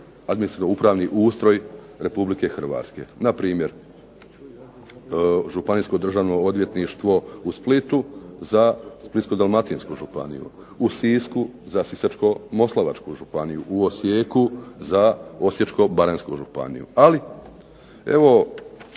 ustroj Republike Hrvatske. Npr. Županijsko državno odvjetništvo u Splitu za Splitsko-dalmatinsku županiju, u Sisku za Sisačko-moslavačku županiju, u Osijeku za Osječko-baranjsku županiju. Ali evo